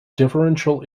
differential